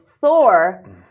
Thor